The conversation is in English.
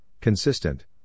consistent